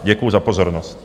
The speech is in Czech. Děkuju za pozornost.